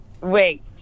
Wait